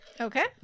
Okay